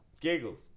giggles